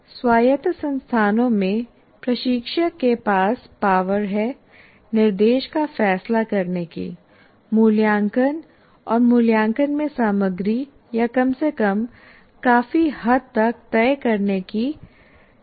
स्वायत्त संस्थानों में प्रशिक्षक के पास पावर है निर्देश का फैसला करने की मूल्यांकन और मूल्यांकन में सामग्री या कम से कम काफी हद तक तय करने की शक्ति होती है